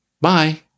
Bye